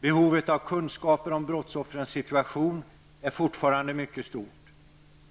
Behovet av kunskaper av brottsoffrens situation är fortfarande mycket stort.